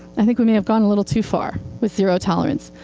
i think we may have gone a little too far with zero tolerance.